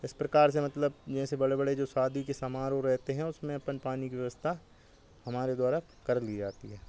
इस प्रकार से मतलब जैसे बड़े बड़े जो शादी के समारोह रहते हैं उसमें अपन पानी की व्यवस्था हमारे द्वारा कर ली जाती है